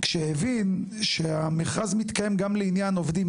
כמו שאתה יודע לפי ההסכם הזה והכללים,